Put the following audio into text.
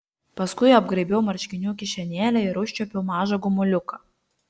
paskui apgraibiau marškinių kišenėlę ir užčiuopiau mažą gumuliuką